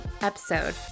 episode